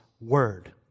Word